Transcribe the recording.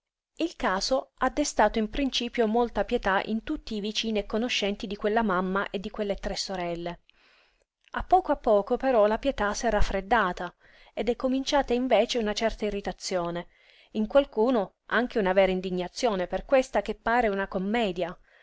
il caso ha destato in principio molta pietà in tutti i vicini e conoscenti di quella mamma e di quelle tre sorelle a poco a poco però la pietà s'è raffreddata ed è cominciata invece una certa irritazione in qualcuno anche una vera indignazione per questa che pare una commedia